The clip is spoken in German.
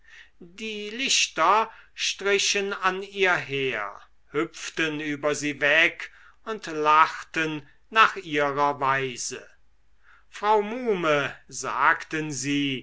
die lichter strichen an ihr her hüpften über sie weg und lachten nach ihrer weise frau muhme sagten sie